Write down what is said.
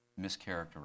mischaracterized